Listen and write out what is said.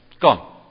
Gone